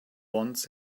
wants